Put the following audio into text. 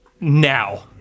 now